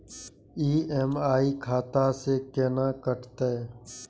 EMI खाता से केना कटते?